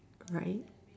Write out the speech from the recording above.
right